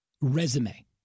resume